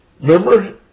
Remember